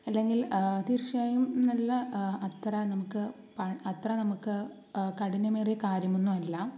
അല്ലെങ്കിൽ തീർച്ചയായും നല്ല അത്ര നമുക്ക് അത്ര നമുക്ക് കഠിനമേറിയ കാര്യമൊന്നുമല്ല